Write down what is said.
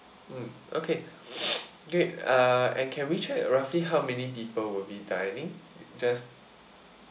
hmm okay great uh and can we check roughly how many people would be dining just